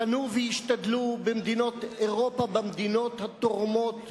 פנו והשתדלו במדינות אירופה, במדינות התורמות,